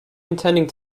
intending